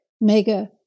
mega